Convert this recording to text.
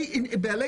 בעלי